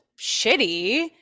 shitty